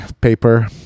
paper